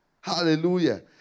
Hallelujah